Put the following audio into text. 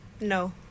No